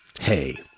hey